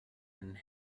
and